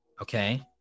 Okay